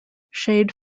shade